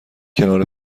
کنار